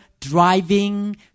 driving